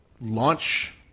launch